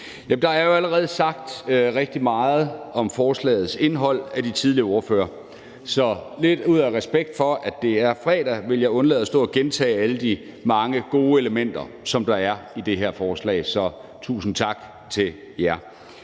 Der er jo allerede sagt rigtig meget om forslagets indhold af de tidligere ordførere. Så lidt ud af respekt for, at det er fredag, vil jeg undlade at stå og gentage alle de mange gode elementer, som der er i det her forslag. Så tusind tak til jer.